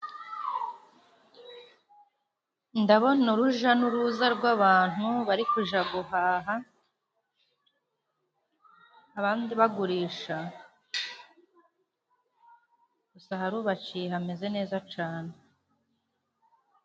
Ndabona uruja n'uruza rwabantu bari kuja guhaha abandi bagurisha, gusa harubakiye hameze neza cane.